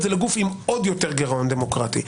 זה לגוף עם עוד יותר גירעון דמוקרטי.